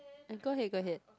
go ahead go ahead